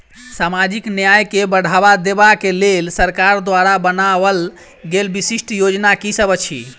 सामाजिक न्याय केँ बढ़ाबा देबा केँ लेल सरकार द्वारा बनावल गेल विशिष्ट योजना की सब अछि?